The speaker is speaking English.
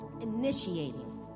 initiating